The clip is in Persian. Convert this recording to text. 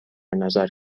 نظر